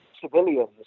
civilians